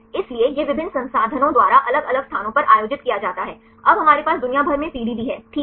इसलिए यह विभिन्न संस्थानों द्वारा अलग अलग स्थानों पर आयोजित किया जाता है अब हमारे पास दुनिया भर में पीडीबी है ठीक है